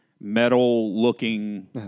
metal-looking